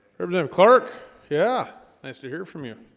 represent a clark yeah nice to hear from you